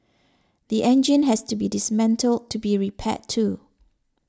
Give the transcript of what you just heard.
the engine has to be dismantled to be repaired too